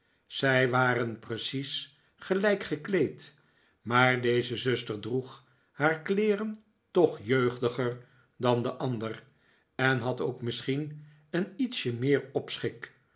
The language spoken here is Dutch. zij waren precies gelijk gekleed maar deze zuster droeg haar kleeren toch jeugdiger dan de ander en had ook misschien een ietsje meer